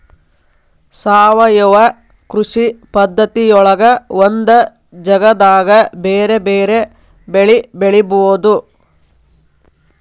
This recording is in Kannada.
ಸಾವಯವ ಕೃಷಿ ಪದ್ಧತಿಯೊಳಗ ಒಂದ ಜಗದಾಗ ಬೇರೆ ಬೇರೆ ಬೆಳಿ ಬೆಳಿಬೊದು